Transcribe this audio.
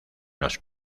los